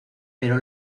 pero